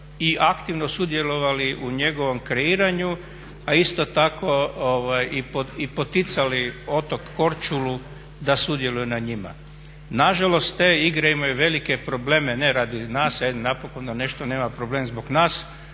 i aktivno sudjelovali u njegovom kreiranju, a isto tako i poticali otok Korčuli da sudjeluju na njima. Nažalost te igre imaju velike probleme, ne radi nas, napokon da nešto nema problema zbog nas,